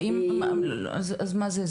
ואם כן, אז מה זה?